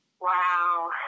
Wow